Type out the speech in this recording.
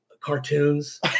cartoons